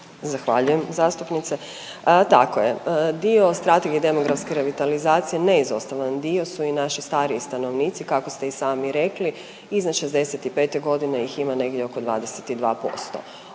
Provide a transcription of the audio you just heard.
Zahvaljujem zastupnice. Tako je, dio Strategije demografske revitalizacije neizostavan dio su i naši stariji stanovnici, kako ste i sami rekli iznad 65. g. ih ima negdje oko 22%.